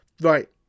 right